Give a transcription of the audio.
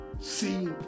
See